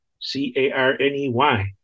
C-A-R-N-E-Y